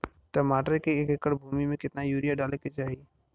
टमाटर के एक एकड़ भूमि मे कितना यूरिया डाले के चाही?